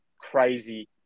crazy